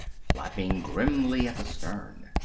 flapping grimly at the stern.